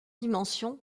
dimension